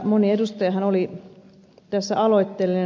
moni edustajahan oli tässä aloitteellinen